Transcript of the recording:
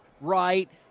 right